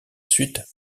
suite